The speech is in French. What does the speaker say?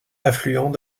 affluent